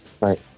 right